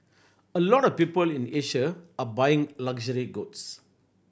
a lot of people in Asia are buying luxury goods